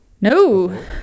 No